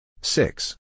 Six